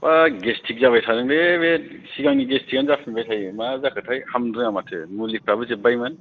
माबा गेसट्रिक जाबाय थादोंलै बे सिगांनि गेसट्रिकाआनो जाफिनबाय थायो मा जाखोथाय हामनो रोङा माथो मुलिफ्राबो जोबबायमोन